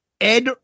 Ed